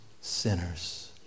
sinners